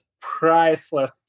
priceless